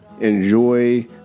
Enjoy